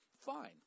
Fine